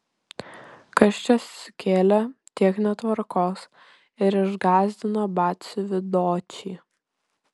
kas čia sukėlė tiek netvarkos ir išgąsdino batsiuvį dočį